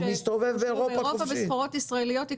הוא מסתובב באירופה חופשי.